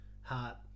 heart